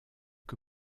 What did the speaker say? que